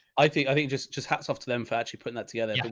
i think. i think just just hats off to them for actually putting that together.